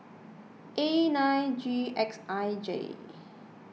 A nine G X I J